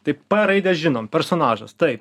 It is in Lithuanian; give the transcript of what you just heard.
taip p raidę žinom personažas taip